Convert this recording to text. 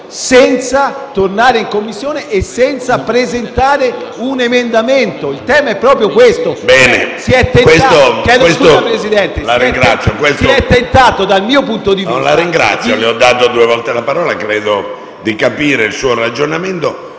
senza tornare in Commissione e senza presentarne un altro. Il tema è proprio questo. Si è tentato, dal mio punto di vista,